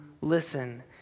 listen